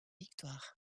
victoire